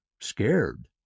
scared